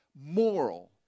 moral